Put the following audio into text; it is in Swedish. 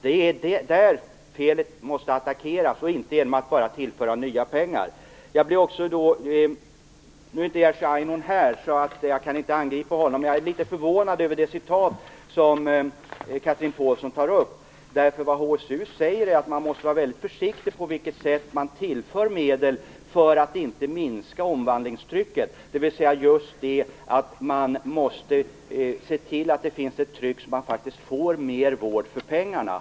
Det är här problemet måste attackeras och inte bara genom tillförsel av nya pengar. Nu är inte Jerzy Einhorn här, så jag kan inte angripa honom. Men jag är litet förvånad över det citat som Chatrine Pålsson läste upp. HSU säger nämligen att man måste vara väldigt försiktig när det gäller på vilket sätt man tillför medel, för att inte omvandlingstrycket skall minska, dvs. att man just måste se till att det finns ett tryck så att man faktiskt får mer vård för pengarna.